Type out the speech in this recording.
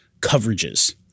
coverages